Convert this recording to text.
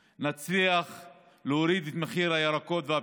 נצליח להוריד את מחירי הפירות והירקות.